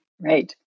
Right